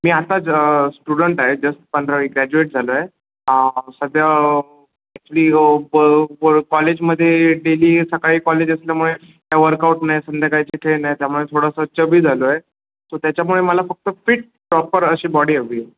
मी आता ज स्टुडंट आहे जस्ट पंधरावी ग्रॅज्युएट झालो आहे सध्या ॲक्च्युली कॉलेजमध्ये डेली सकाळी कॉलेज असल्यामुळे काही वर्कआउट नाही संध्याकाळची ट्रेन आहे त्यामुळे थोडंसं चबी झालो आहे सो त्याच्यामुळे मला फक्त फिट प्रॉपर अशी बॉडी हवी आहे